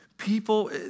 people